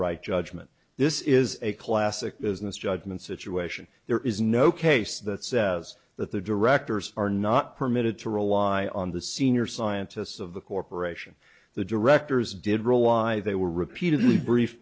right judgment this is a classic business judgment situation there is no case that says that the directors are not permitted to rely on the senior scientists of the corporation the directors did role why they were repeatedly brief